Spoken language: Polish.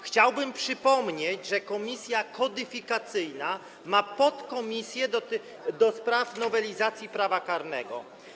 Chciałbym przypomnieć, że komisja kodyfikacyjna ma podkomisję do spraw nowelizacji prawa karnego.